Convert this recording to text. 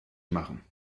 machen